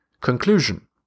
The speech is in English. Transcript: Conclusion